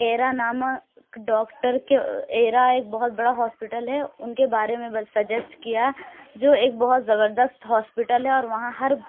ایرا نامہ ڈاکٹر کو ایرا ایک بہت بڑا ہاسپٹل ہے ان کے بارے میں بس سجیسٹ کیا جو ایک بہت زبردست ہاسپٹل ہے اور وہاں ہر